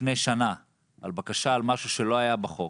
לפני שנה על משהו שלא היה בחוק